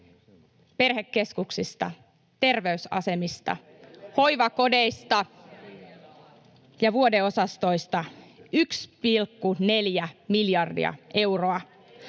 perhekeskuksista, terveysasemista, hoivakodeista ja vuodeosastoista 1,4 miljardia euroa.